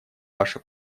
ваше